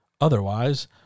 Otherwise